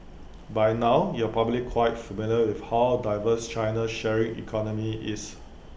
by now you're probably quite familiar with how diverse China's sharing economy is